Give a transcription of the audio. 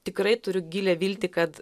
tikrai turiu gilią viltį kad